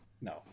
no